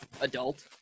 adult